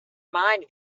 mind